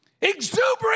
Exuberant